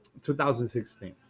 2016